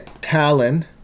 Talon